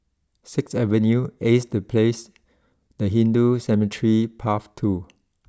sixth Avenue Ace the place and Hindu Cemetery Path two